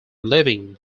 living